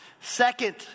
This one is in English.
Second